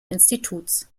instituts